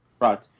right